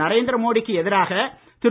நரேந்திர மோடி க்கு எதிராக திரு